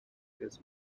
des